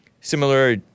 Similar